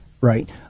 right